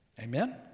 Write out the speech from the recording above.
Amen